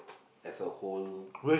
as a whole